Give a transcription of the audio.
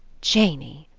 janey!